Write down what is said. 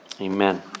Amen